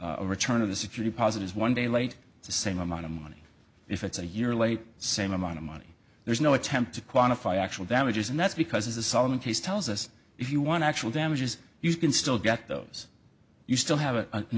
a return of the security positive one day late it's the same amount of money if it's a year late same amount of money there's no attempt to quantify actual damages and that's because the solomon case tells us if you want actual damages you can still get those you still have an